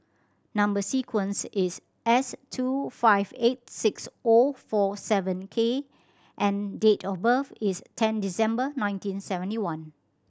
number sequence is S two five eight six O four seven K and date of birth is ten December nineteen seventy one